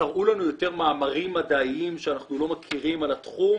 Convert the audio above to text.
תראו לנו יותר מאמרים מדעיים שאנחנו לא מכירים על התחום,